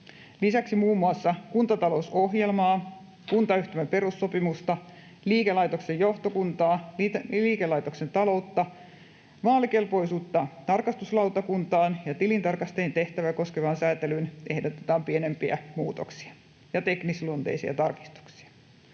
Lisäksi muun muassa kuntatalousohjelmaa, kuntayhtymän perussopimusta, liikelaitoksen johtokuntaa, liikelaitoksen taloutta, vaalikelpoisuutta tarkastuslautakuntaan ja tilintarkastajan tehtäviä koskevaan sääntelyyn ehdotetaan pienempiä muutoksia ja teknisluonteisia tarkistuksia.